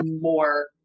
more